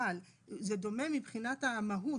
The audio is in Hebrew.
אבל זה דומה מבחינת המהות,